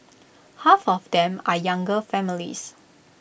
half of them are younger families